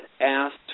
asked